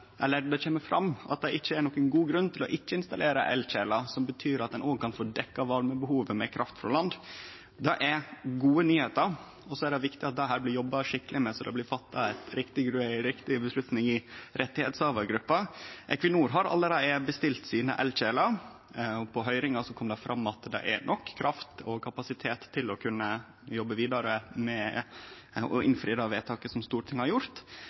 nokon god grunn til ikkje å installere elkjelar, som betyr at ein òg kan få dekt varmebehovet med kraft frå land. Det er gode nyheiter. Det er viktig at ein jobbar skikkeleg med dette, slik at det blir fatta ei riktig avgjerd i rettshavargruppa. Equinor har allereie bestilt sine elkjelar, og på høyringa kom det fram at det er nok kraft og kapasitet til å kunne jobbe vidare med å innfri det vedtaket som Stortinget har gjort,